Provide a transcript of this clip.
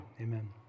Amen